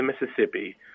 Mississippi